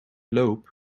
loop